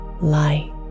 light